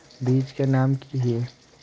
बीज के नाम की हिये?